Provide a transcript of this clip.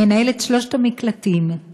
מנהלת שלושת המקלטים,